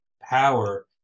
power